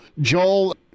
Joel